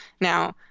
Now